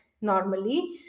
normally